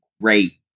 great